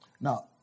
Now